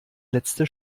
letzte